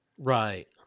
Right